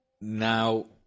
now